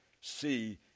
see